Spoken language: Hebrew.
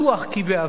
כבעבר,